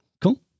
Cool